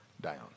down